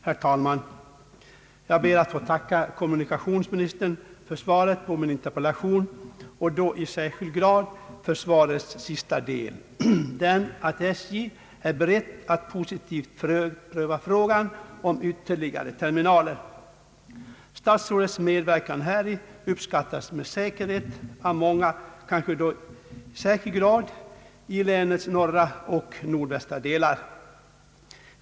Herr talman! Jag ber att få tacka kommunikationsministern för svaret på min interpellation och då i särskilt hög grad för svarets sista del, där det anförs att SJ är berett att positivt pröva frågan om ytterligare terminaler. Statsrådets medverkan häri uppskattas med säkerhet av många, kanske särskilt i mitt läns norra och nordvästra delar.